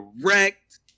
direct